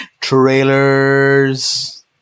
trailers